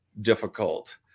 difficult